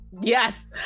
yes